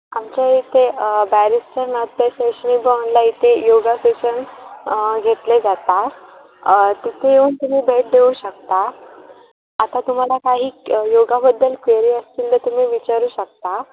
आमच्या येथे बॅरिस्टर नाथ पै इथे योगा सेशन घेतले जातात तिथे येऊन तुम्ही भेट देऊ शकता आता तुम्हाला काही क्य योगाबद्दल क्वेरी असतील तर तुम्ही विचारू शकता